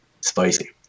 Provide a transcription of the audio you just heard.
spicy